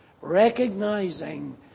recognizing